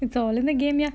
it's all in the game yeah